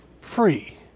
free